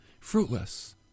fruitless